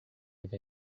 have